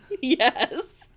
Yes